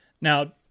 Now